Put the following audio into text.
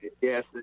Yes